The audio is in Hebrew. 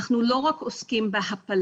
אנחנו לא רק עוסקים בהפלה,